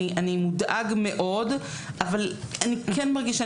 אני מודאג מאוד אבל אני כן מרגיש שאני